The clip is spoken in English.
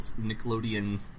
Nickelodeon